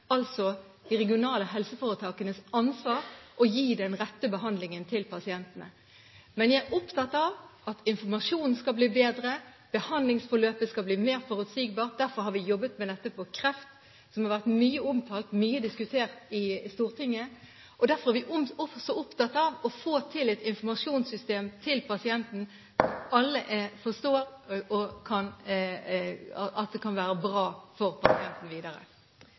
altså de regionale helseforetakenes – ansvar å gi den rette behandlingen til pasientene. Men jeg er opptatt av at informasjonen skal bli bedre, at behandlingsforløpet skal bli mer forutsigbart. Derfor har vi jobbet med dette i forbindelse med kreft – som har vært mye omtalt, mye diskutert i Stortinget – og derfor er vi også opptatt av å få til et informasjonssystem til pasienten, som alle forstår kan være bra for pasienten videre.